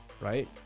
Right